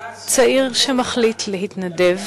צעיר שמחליט להתנדב